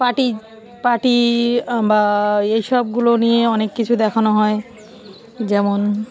party party বা এইসবগুলো নিয়ে অনেক কিছু দেখানো হয় যেমন